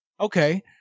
Okay